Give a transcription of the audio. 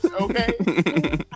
okay